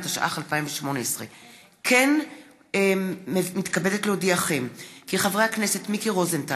התשע"ח 2018. כמו כן אני מתכבדת להודיעכם כי חברי הכנסת מיקי רוזנטל